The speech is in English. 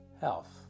health